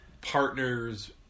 partners